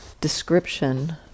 description